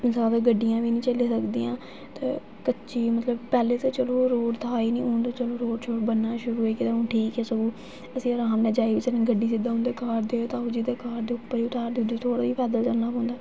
जादा गड्डियां बी निं चली सकदियां ते कच्ची मतलब पैह्लें ते चलो ओह् रोड था ई निं पर हून चलो रोड शोड़ बनना शुरू होई गेदा ऐ हून ठीक ऐ स'ऊं असी अराम कन्नै जाई बी सकने गड्डी सिद्धा उं'दे घर ते ताऊ जी दे घर घर दे उप्पर ही तोआर दी ऐ जि'त्थुं असें गी पैदल चलना पौंदा